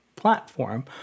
platform